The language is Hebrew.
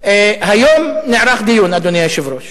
היום נערך דיון, אדוני היושב-ראש,